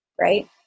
Right